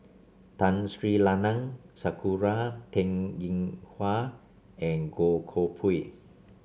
Tun Sri Lanang Sakura Teng Ying Hua and Goh Koh Pui